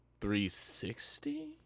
360